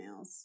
emails